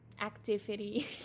activity